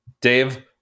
Dave